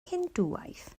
hindŵaeth